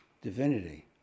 divinity